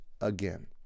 again